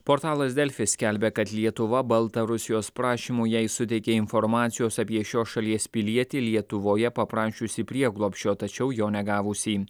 portalas delfi skelbia kad lietuva baltarusijos prašymu jai suteikė informacijos apie šios šalies pilietį lietuvoje paprašiusį prieglobsčio tačiau jo negavusį